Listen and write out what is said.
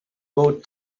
both